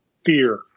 fear